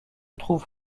trouve